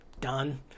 done